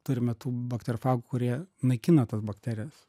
turime tų bakterfagų kurie naikina tas bakterijas